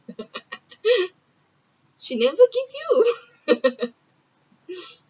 she never give you